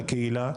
לקהילה,